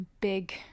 big